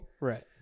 Right